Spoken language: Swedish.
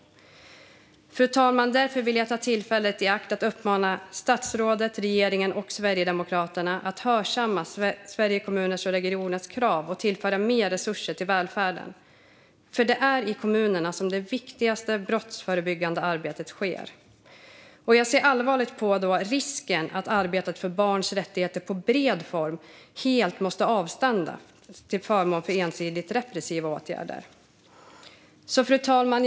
Fru talman! Därför vill jag ta tillfället i akt att uppmana statsrådet, regeringen och Sverigedemokraterna att hörsamma Sveriges Kommuner och Regioners krav och tillföra mer resurser till välfärden. Det är nämligen i kommunerna som det viktigaste brottsförebyggande arbetet sker. Jag ser allvarligt på risken för att arbetet för barns rättigheter på bred front helt måste avstanna till förmån för ensidigt repressiva åtgärder. Fru talman!